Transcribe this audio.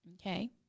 Okay